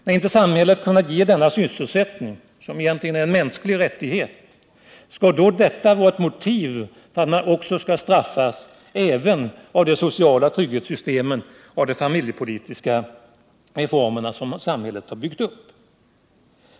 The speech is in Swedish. När inte samhället kunnat ge denna sysselsättning — som egentligen är en mänsklig rättighet — är då detta motiv för att man skall straffas även av det sociala trygghetssystem och de familjepolitiska reformer som samhället byggt upp?